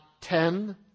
ten